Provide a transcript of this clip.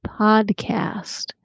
podcast